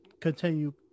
continue